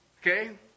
Okay